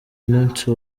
umunsi